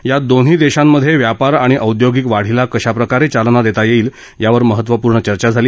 या दोन्ही देशां मध्ये व्यापार आणि औद्योगिक वाढीला कशा प्रकारे चालना देता येईल यावर महत्वपूर्ण चर्चा झाली